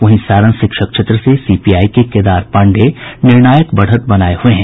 वहीं सारण शिक्षक क्षेत्र से सीपीआई के केदार पांडेय निर्णायक बढ़त बनाये हुए हैं